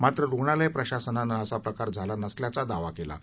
मात्र रुग्णालय प्रशासनाने असा प्रकार झाला नसल्याचा दावा केला आहे